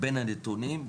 בין הנתונים,